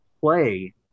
play